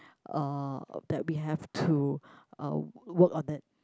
uh that we have to uh work on that